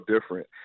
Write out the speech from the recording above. different